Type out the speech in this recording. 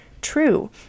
true